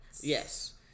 Yes